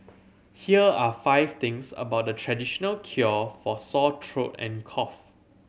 here are five things about the traditional cure for sore throat and cough